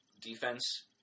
defense